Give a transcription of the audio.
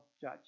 judge